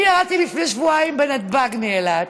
אני ירדתי לפני שבועיים בנתב"ג, מאילת.